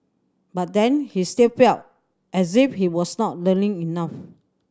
but then he still felt as if he was not learning enough